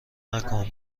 نکن